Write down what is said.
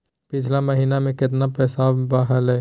पिछला महीना मे कतना पैसवा हलय?